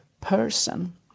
person